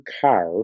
car